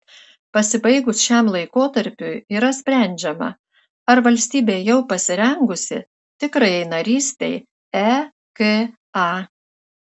pasibaigus šiam laikotarpiui yra sprendžiama ar valstybė jau pasirengusi tikrajai narystei eka